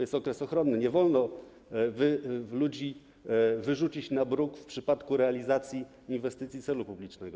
Jest okres ochronny, nie wolno ludzi wyrzucić na bruk w przypadku realizacji inwestycji celu publicznego.